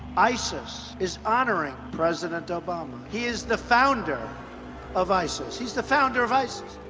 isis is honoring president obama. he is the founder of isis. he's the founder of isis.